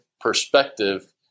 perspective